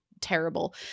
terrible